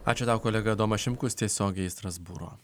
ačiū tau kolega adomas šimkus tiesiogiai iš strasbūro